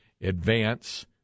advance